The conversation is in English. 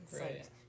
right